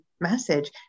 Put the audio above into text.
message